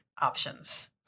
options